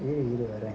mm you were right